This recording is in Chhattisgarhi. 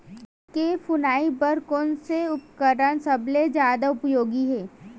धान के फुनाई बर कोन से उपकरण सबले जादा उपयोगी हे?